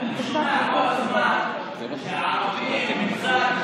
אני שומע כל הזמן שהערבים קיבלו,